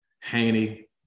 Haney